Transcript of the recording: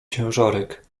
ciężarek